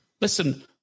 listen